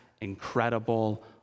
Incredible